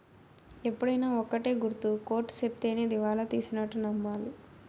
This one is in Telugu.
ఎప్పుడైనా ఒక్కటే గుర్తు కోర్ట్ సెప్తేనే దివాళా తీసినట్టు నమ్మాలి